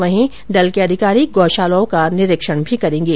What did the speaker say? वहीं दल के अधिकारी गौशालाओं का निरीक्षण भी करेंगे